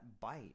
bite